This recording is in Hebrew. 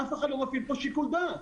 אף אחד לא מפעיל פה שיקול דעת.